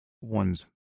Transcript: one's